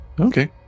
Okay